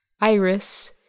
Iris